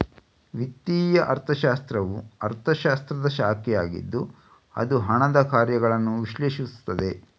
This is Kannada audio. ವಿತ್ತೀಯ ಅರ್ಥಶಾಸ್ತ್ರವು ಅರ್ಥಶಾಸ್ತ್ರದ ಶಾಖೆಯಾಗಿದ್ದು ಅದು ಹಣದ ಕಾರ್ಯಗಳನ್ನು ವಿಶ್ಲೇಷಿಸುತ್ತದೆ